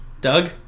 Doug